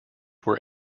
were